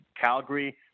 Calgary